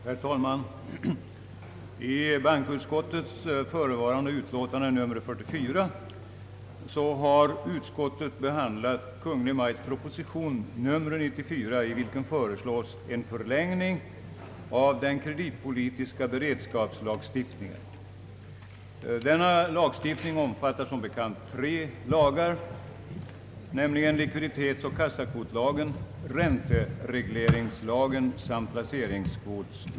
Herr talman! I bankoutskottets förevarande utlåtande nr 44 har utskottet behandlat Kungl. Maj:ts proposition nr 94, i vilken föreslås en förlängning av den krediipolitiska beredskapslagstiftningen. Denna lagstiftning omfattar som bekant tre lagar, nämligen likviditetsoch kassakvotslagen, ränteregleringslagen samt placeringskvotslagen.